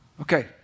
Okay